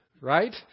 right